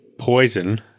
poison